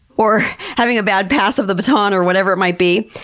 or having a bad pass of the baton or whatever it might be.